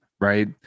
Right